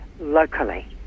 locally